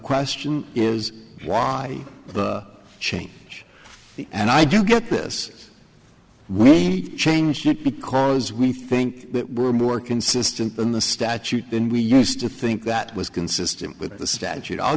question is why the change the and i do get this we change it because we think we're more consistent than the statute than we used to think that was consistent with the statute i'll